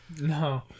No